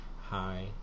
hi